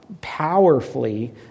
powerfully